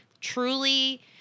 truly